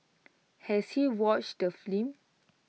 has he watched the